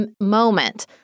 moment